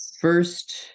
first